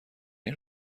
این